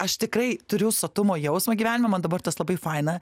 aš tikrai turiu sotumo jausmą gyvenime man dabar tas labai faina